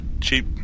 cheap